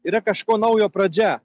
yra kažko naujo pradžia